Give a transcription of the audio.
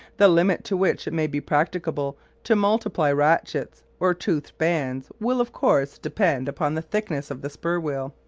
the limit to which it may be practicable to multiply ratchets or toothed bands will, of course, depend upon the thickness of the spur-wheel,